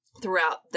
throughout